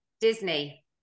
Disney